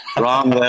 wrong